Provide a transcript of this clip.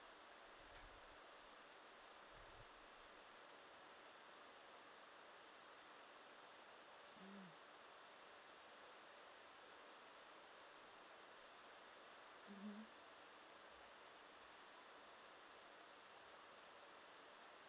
mm mmhmm